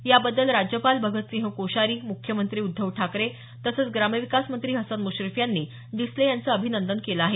याबद्दल राज्यपाल भगतसिंह कोश्यारी मुख्यमंत्री उद्धव ठाकरे तसंच ग्रामविकास मंत्री हसन मुश्रीफ यांनी डिसले यांचं अभिनंदन केलं आहे